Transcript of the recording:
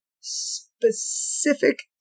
specific